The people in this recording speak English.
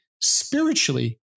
spiritually